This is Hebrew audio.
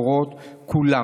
עד סוף הדורות כולם.